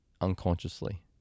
unconsciously